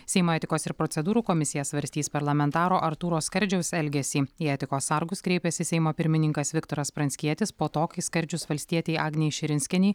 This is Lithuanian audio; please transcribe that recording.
seimo etikos ir procedūrų komisija svarstys parlamentaro artūro skardžiaus elgesį į etikos sargus kreipėsi seimo pirmininkas viktoras pranckietis po to kai skardžius valstietei agnei širinskienei